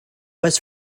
was